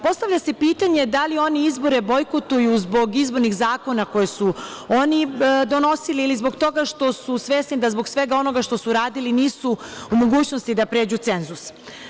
Postavlja se pitanje - da li oni izbore bojkotuju zbog izbornih zakona koji su oni donosili ili zbog toga što su svesni da zbog svega onoga što su radili nisu u mogućnosti da pređu cenzus?